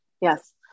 Yes